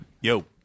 Yo